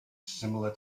similar